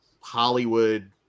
Hollywood